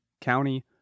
county